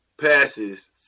passes